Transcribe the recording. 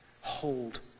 hold